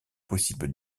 possible